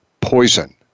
poison